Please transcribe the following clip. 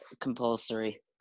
compulsory